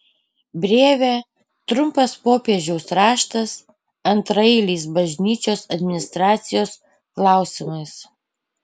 brevė trumpas popiežiaus raštas antraeiliais bažnyčios administracijos klausimais